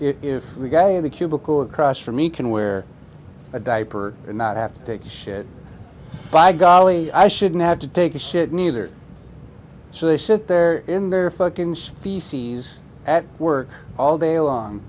if the guy in the cubicle across from me can wear a diaper and not have to take shit by golly i shouldn't have to take a shit neither so they sit there in their fucking feces at work all day long